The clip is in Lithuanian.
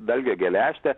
dalgio geležtę